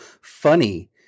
funny